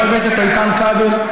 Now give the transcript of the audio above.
חבר הכנסת איתן כבל,